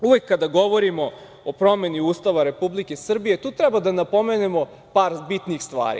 Uvek kada govorimo o promeni Ustava Republike Srbije treba da napomenemo par bitnih stvari.